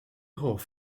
hoff